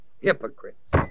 Hypocrites